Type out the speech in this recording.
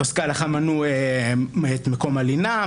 פוסקי הלכה מנו את מקום הלינה,